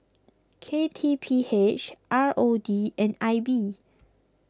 K T P H R O D and I B